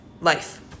life